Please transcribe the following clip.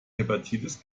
hepatitis